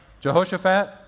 Jehoshaphat